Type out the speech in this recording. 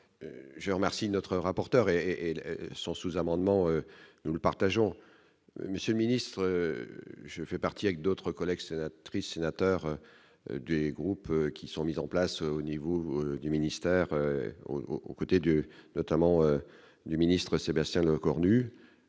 je remercie notre rapporteur et et son sous-amendement, nous ne partageons monsieur ministre je fais partie avec d'autres collectionne, trie, sénateur du groupe qui sont mises en place au niveau du ministère au aux côtés du notamment du ministre Sébastien Lecornu